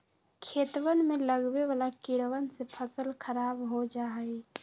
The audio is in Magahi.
खेतवन में लगवे वाला कीड़वन से फसल खराब हो जाहई